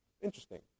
Interesting